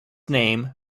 name